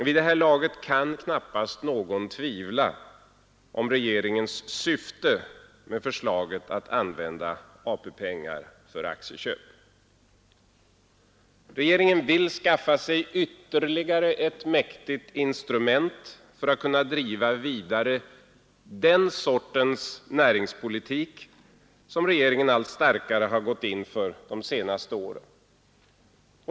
Vid det här laget kan knappast någon tvivla om regeringens syfte med förslaget om att använda AP-pengar för aktieköp. Regeringen vill skaffa sig ytterligare ett mäktigt instrument för att kunna driva vidare den sorts näringspolitik som regeringen allt starkare gått in för de senaste åren.